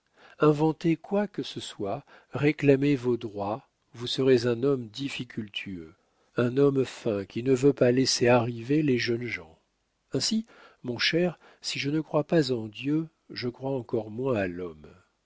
inventez quoi que ce soit réclamez vos droits vous serez un homme difficultueux un homme fin qui ne veut pas laisser arriver les jeunes gens ainsi mon cher si je ne crois pas en dieu je crois encore moins à l'homme